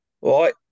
right